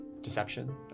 deception